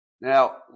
Now